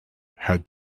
had